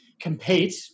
compete